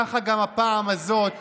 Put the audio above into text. כך גם הפעם הזאת